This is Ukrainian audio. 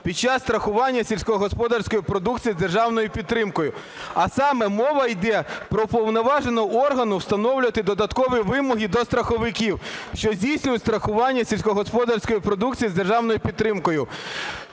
під час страхування сільськогосподарської продукції з державною підтримкою. А саме мова іде про повноваження органу встановлювати додаткові вимоги до страховиків, що здійснюють страхування сільськогосподарської продукції з державною підтримкою.